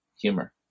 humor